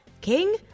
king